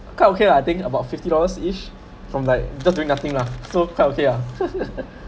quite okay lah I think about fifty dollars each from like just doing nothing lah so quite okay yeah